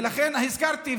ולכן הזכרתי,